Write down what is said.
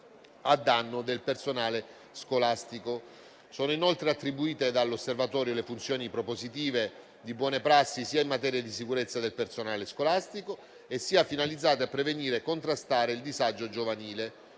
a danno del personale scolastico. Sono inoltre attribuite dall'osservatorio le funzioni propositive di buone prassi in materia di sicurezza del personale scolastico, finalizzate a prevenire e contrastare il disagio giovanile